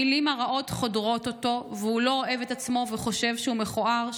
המילים הרעות חודרות אותו והוא לא אוהב את עצמו וחושב שהוא מכוער,